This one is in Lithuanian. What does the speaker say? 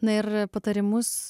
na ir patarimus